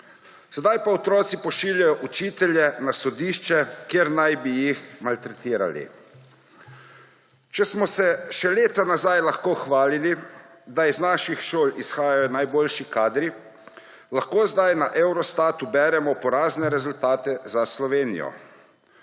Sedaj pa otroci pošiljajo učitelje na sodišče, ker naj bi jih maltretirali. Če smo se še leta nazaj lahko hvalili, da iz naših šol izhajajo najboljši kadri, lahko zdaj na Eurostatu beremo porazne rezultate za Slovenijo.